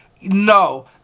No